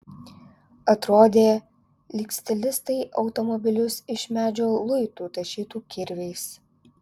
atrodė lyg stilistai automobilius iš medžio luitų tašytų kirviais